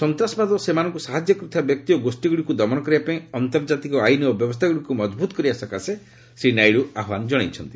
ସନ୍ତାସବାଦ ଓ ସେମାନଙ୍କୁ ସାହାଯ୍ୟ କରୁଥିବା ବ୍ୟକ୍ତି ଓ ଗୋଷ୍ଠୀଗୁଡ଼ିକୁ ଦମନ କରିବା ପାଇଁ ଆନ୍ତର୍ଜାତିକ ଆଇନ୍ ଓ ବ୍ୟବସ୍ଥାଗୁଡ଼ିକୁ ମଜବୁତ କରିବା ସକାଶେ ଶ୍ରୀ ନାଇଡୁ ଆହ୍ୱାନ ଜଣାଇଛନ୍ତି